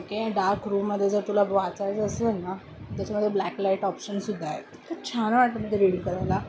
okay dark रूममध्ये जर तुला वाचायचं असेल ना त्याच्यामध्ये ब्लॅक लाईट ऑप्शनसुद्धा आहे खूप छान वाटतं ते रेडी करायला